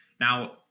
Now